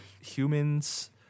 humans